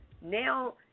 Now